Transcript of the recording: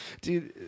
dude